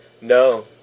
No